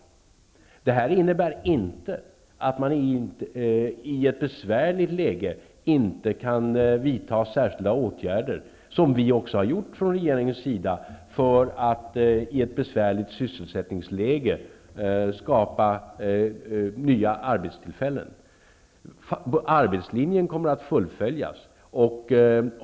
Detta innebär inte att man i ett besvärligt läge inte skulle kunna vidta särskilda åtgärder. Detta har vi också gjort från regeringens sida för att i ett besvärligt sysselsättningsläge skapa nya arbetstillfällen. Arbetslinjen kommer att fullföljas.